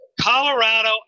Colorado